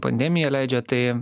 pandemiją leidžiat tai